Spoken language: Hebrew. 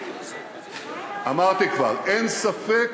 אמרתי כבר: אין ספק